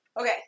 Okay